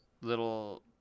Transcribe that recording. little